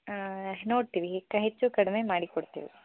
ನೋಡ್ತೀವಿ ಈಗ ಹೆಚ್ಚು ಕಡಿಮೆ ಮಾಡಿಕೊಡ್ತೀವಿ